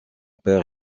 père